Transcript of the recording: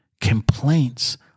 Complaints